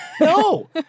No